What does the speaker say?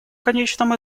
конечном